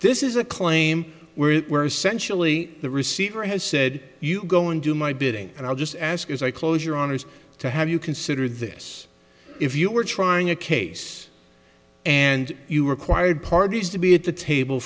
this is a claim where it where essentially the receiver has said you go and do my bidding and i'll just ask is a closure honest to have you considered this if you were trying a case and you required parties to be at the table